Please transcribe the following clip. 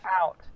out